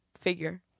figure